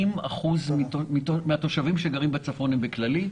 70% מהתושבים שגרים בצפון הם בכללית